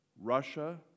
Russia